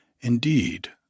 Indeed